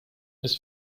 ist